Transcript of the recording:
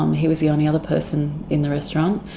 um he was the only other person in the restaurant,